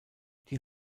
die